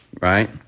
right